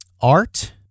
art